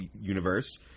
Universe